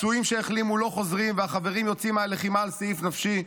הפצועים שהחלימו לא חוזרים והחברים יוצאים מהלחימה על סעיף נפשי.